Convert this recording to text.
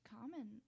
common